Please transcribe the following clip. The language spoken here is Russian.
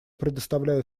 предоставляю